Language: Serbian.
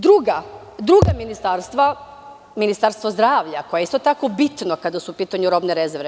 Druga ministarstva, Ministarstvo zdravlja koje je isto tako bitno kada su u pitanju robne rezerve.